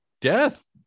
death